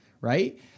right